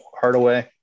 Hardaway